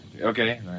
Okay